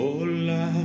Hola